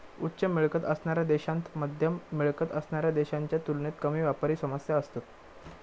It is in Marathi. उच्च मिळकत असणाऱ्या देशांत मध्यम मिळकत असणाऱ्या देशांच्या तुलनेत कमी व्यापारी समस्या असतत